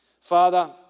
Father